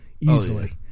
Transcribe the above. easily